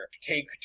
Take